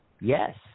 Yes